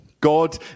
God